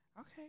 Okay